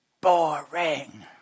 Boring